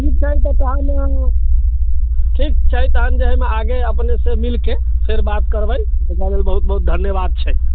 ठीक छै तऽ तहन ठीक छै तहन जे हम आगे अपनेसँ मिलिकऽ फेर बात करबै एकरालेल बहुत बहुत धन्यवाद छै